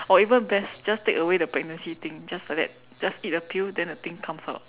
or even best just take away the pregnancy thing just like that just eat the pill then the thing comes out